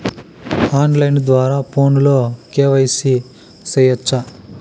on line ద్వారా ఫోనులో KYC సేయొచ్చా